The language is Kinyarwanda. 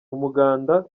umuganda